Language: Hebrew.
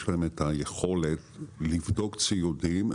יש להם את היכולת לבדוק ציודים,